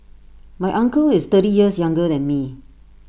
my uncle is thirty years younger than me